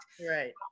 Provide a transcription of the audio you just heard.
Right